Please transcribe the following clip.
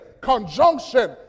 conjunction